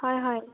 হয় হয়